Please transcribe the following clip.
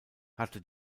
hatte